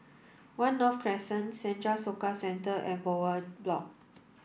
One North Crescent Senja Soka Centre and Bowyer Block